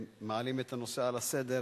מעלים את הנושא על סדר-היום,